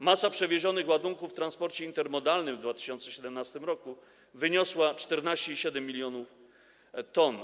Masa przewiezionych ładunków w transporcie intermodalnym w 2017 r. wyniosła 14,7 mln t.